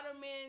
men